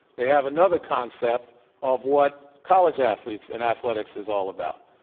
they have another concept of what college athletes and athletics is all about.